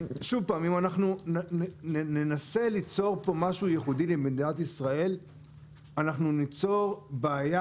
אם אנחנו ננסה ליצור פה משהו ייחודי למדינת ישראל אנחנו ניצור בעיה.